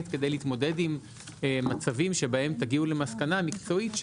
כדי להתמודד עם מצבים שבהם תגיעו למסקנה מקצועית,